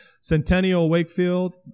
Centennial-Wakefield